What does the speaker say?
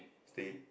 stay